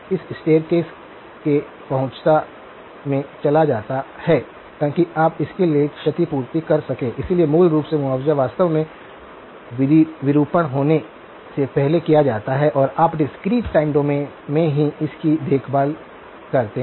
इस स्टेरकासे के पहुंचता में चला जाता है ताकि आप इसके लिए क्षतिपूर्ति कर सकें इसलिए मूल रूप से मुआवजा वास्तव में विरूपण होने से पहले किया जाता है और आप डिस्क्रीट टाइम डोमेन में ही इसकी देखभाल करते हैं